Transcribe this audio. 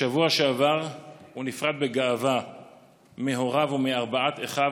בשבוע שעבר הוא נפרד בגאווה מהוריו ומארבעת אחיו,